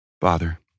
Father